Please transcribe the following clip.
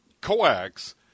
coax